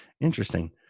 Interesting